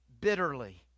bitterly